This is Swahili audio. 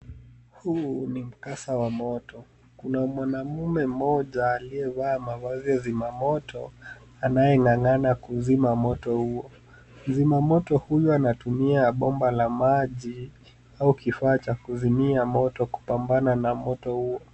Huu ni mkasa wa moto. Kuna mwanaume mmoja aliyevaa mavazi ya zima moto anayeng'ang'ana kuuzima moto huo. Mzimamoto huyo anatumia bomba la maji au kifaa cha kuzimia moto kupambana na moto huo.